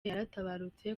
yaratabarutse